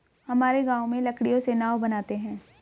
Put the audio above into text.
हमारे गांव में लकड़ियों से नाव बनते हैं